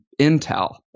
Intel